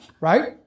right